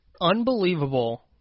unbelievable